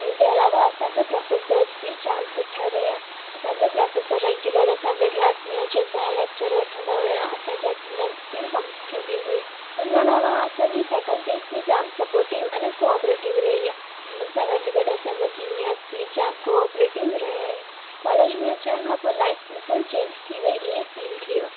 इन जे अलावा असांजा प्रोफेसर्स बि जाम सुठा रहिया असांजा प्रोफेसर रेग्यूलर असांजे क्लास में अची असांजा लेक्चर वठंदा हुया असांजी अटैंडैंस बि कम थींदी हुई इन जे अलावा असांजी फैकल्टीज़ बि जाम सपोर्टिव अने कोऑपरेटिव रही आहे इन्हनि सां गॾु गॾु असांजा सीनियर्स बि जाम कोऑपरेटिव रहिया आहिनि अचण खां पोइ लाइफ बिल्कुलु चेंज थी वई ईअं फील थियो